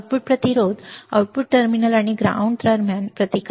output प्रतिरोध output terminal आणि ground दरम्यान प्रतिकार आहे